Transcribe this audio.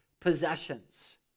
possessions